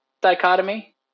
dichotomy